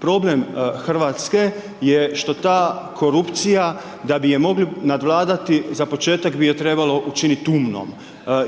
Problem Hrvatske je što ta korupcija da bi je mogli nadvladati za početak bi je trebalo učiniti umnom.